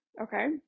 Okay